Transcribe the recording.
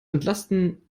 entlasten